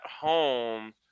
home